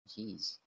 jeez